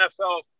NFL